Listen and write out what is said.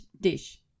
dish